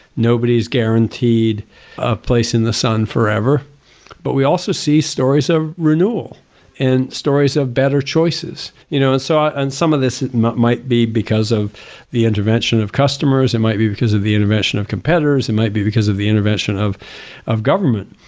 nobody's guaranteed a place in the sun forever but we also see stories of renewal and stories of better choices. you know and so and some of this might might be because of the intervention of customers, it might be because of the intervention of competitors, it might be because of the intervention of of government.